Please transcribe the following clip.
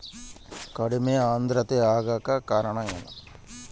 ಕಡಿಮೆ ಆಂದ್ರತೆ ಆಗಕ ಕಾರಣ ಏನು?